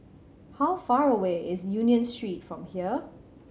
how far away is Union Street from here